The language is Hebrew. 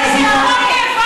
אינה נוכחת.